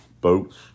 boats